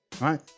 Right